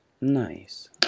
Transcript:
nice